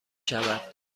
شود